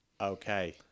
Okay